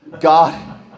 God